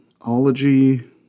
Ology